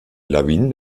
lawinen